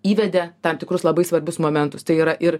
įvedė tam tikrus labai svarbius momentus tai yra ir